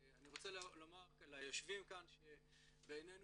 אני רוצה לומר ליושבים כאן שבעינינו